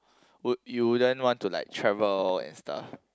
would you wouldn't want to like travel and stuff